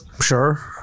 sure